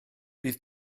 bydd